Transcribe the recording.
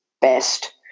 best